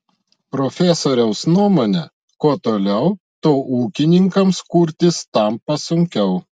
profesoriaus nuomone kuo toliau tuo ūkininkams kurtis tampa sunkiau